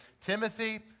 Timothy